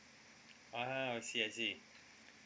a'ah I see I see